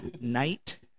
Night